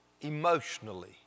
emotionally